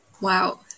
Wow